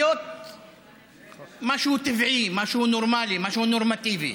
להיות משהו טבעי, משהו נורמלי, משהו נורמטיבי.